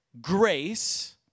grace